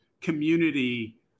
community